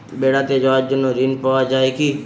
বেড়াতে যাওয়ার জন্য ঋণ পাওয়া যায় কি?